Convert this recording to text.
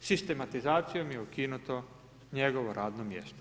Sistematizacijom je ukinuto njego radno mjesto.